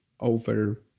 over